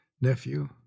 nephew